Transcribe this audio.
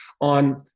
on